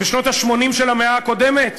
בשנות ה-80 של המאה הקודמת,